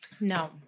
No